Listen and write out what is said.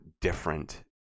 different